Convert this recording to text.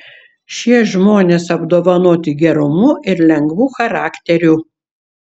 šie žmonės apdovanoti gerumu ir lengvu charakteriu